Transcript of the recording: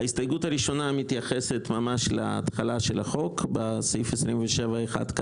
ההסתייגות הראשונה מתייחסת ממש להתחלה של החוק בסעיף 27(1),